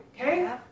okay